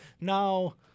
Now